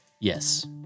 Yes